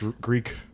Greek